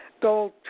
Gold